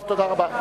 טוב, תודה רבה.